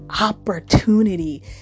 opportunity